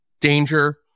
danger